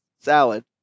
salad